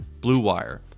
BLUEWIRE